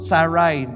Sarai